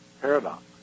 paradox